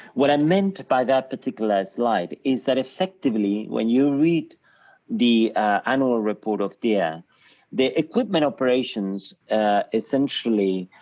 what i meant by that particular slide is that effectively when you read the annual report of deere the equipment operations essentially